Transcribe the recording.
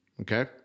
Okay